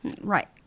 Right